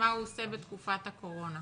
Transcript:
מה הוא עושה בתקופת הקורונה.